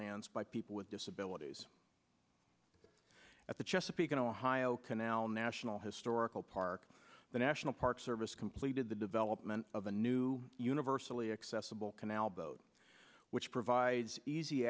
lands by people with disabilities at the chesapeake and ohio canal national historical park the national park service completed the development of a new unit personally accessible canal boat which provides easy